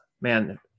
man